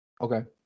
Okay